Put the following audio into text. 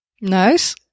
Nice